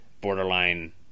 borderline